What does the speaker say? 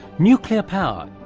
nuclear power.